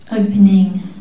opening